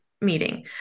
meeting